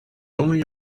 only